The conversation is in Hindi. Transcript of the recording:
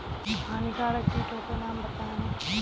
हानिकारक कीटों के नाम बताएँ?